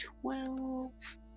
Twelve